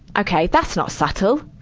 ok, that's not subtle!